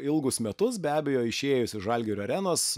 ilgus metus be abejo išėjus iš žalgirio arenos